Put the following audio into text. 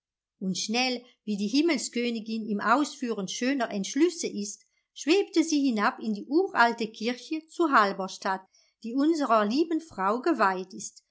und schnell wie die himmelskönigin im ausführen schöner entschlüsse ist schwebte sie hinab in die uralte kirche zu halberstadt die unserer lieben frau geweiht ist